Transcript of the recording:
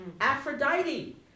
Aphrodite